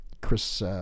Chris